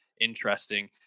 interesting